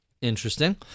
Interesting